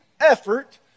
effort